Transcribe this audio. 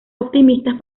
optimistas